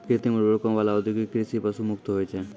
कृत्रिम उर्वरको वाला औद्योगिक कृषि पशु मुक्त होय छै